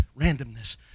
randomness